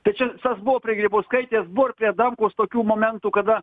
tai čia tas buvo prie grybauskaitės buvo ir prie adamkaus tokių momentų kada